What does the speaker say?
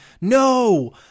no